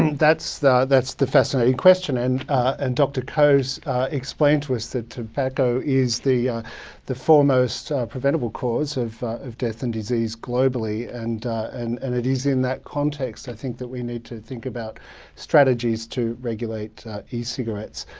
that's the that's the fascinating question. and and dr. koh so explained to us that tobacco is the the foremost preventable cause of of death and disease globally. and and and it is in that context, i think, that we need to think about strategies to regulate e-cigarettes.